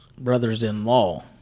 Brothers-in-law